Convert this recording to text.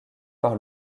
par